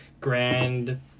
grand